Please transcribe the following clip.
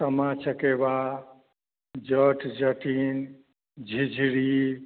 Sama Chakeva Jat Jatin Jhijhri